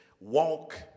walk